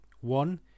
one